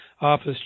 office